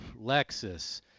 Lexus